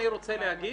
אני רוצה לומר